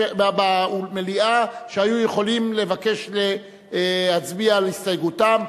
במליאה המסתייגים שהיו יכולים לבקש להצביע על הסתייגותם.